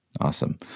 Awesome